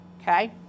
okay